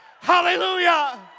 hallelujah